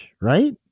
right